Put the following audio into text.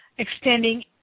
Extending